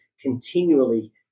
continually